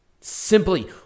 simply